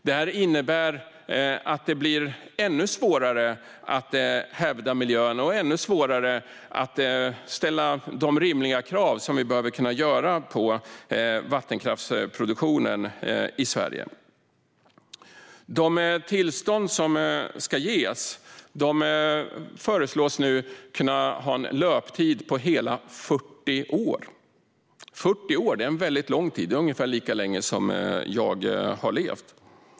Detta innebär att det blir ännu svårare att hävda miljön och att ställa rimliga krav på vattenkraftsproduktionen i Sverige. De tillstånd som ska ges föreslås nu kunna ha en löptid på hela 40 år. Det är en väldigt lång tid - det är ungefär lika länge som jag har levat.